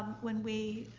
when we